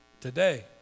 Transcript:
today